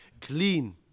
clean